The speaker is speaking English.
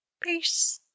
Peace